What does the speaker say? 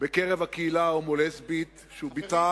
בקרב הקהילה ההומו-לסבית, שהוא ביטא